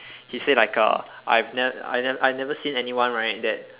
he say like uh I've ne~ I ne~ I never seen anyone right that